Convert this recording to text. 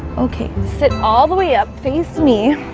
okay, sit all the way up face me